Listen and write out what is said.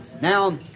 Now